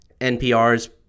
NPR's